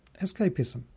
escapism